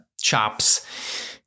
chops